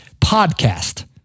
podcast